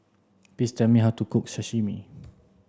please tell me how to cook Sashimi